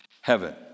heaven